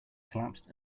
collapsed